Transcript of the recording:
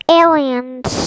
aliens